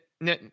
No